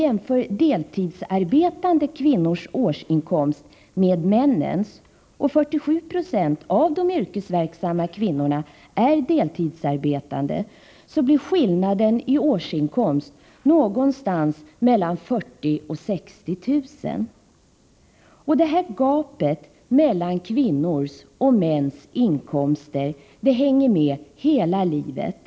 Jämför man deltidsarbetande kvinnors årsinkomst med männens, och 47 96 av de yrkesverksamma kvinnorna är deltidsarbetande, blir skillnaden i årsinkomst mellan 40 000 och 60 000. Det här gapet mellan kvinnors och mäns inkomster hänger med hela livet.